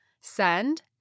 send